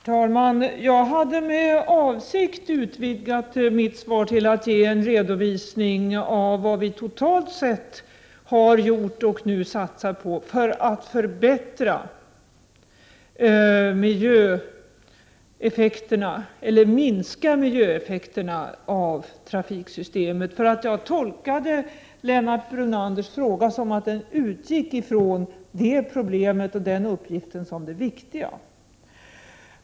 Herr talman! Jag utvidgade med avsikt mitt svar till att även ge en redovisning av vad vi totalt sett har gjort och nu satsar på för att minska miljöeffekterna av trafiksystemet. Jag tolkade nämligen Lennart Brunanders fråga som att den utgick ifrån att det problemet och den uppgiften var det viktiga.